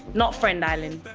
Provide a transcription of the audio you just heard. not friend island,